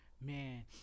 man